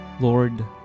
Lord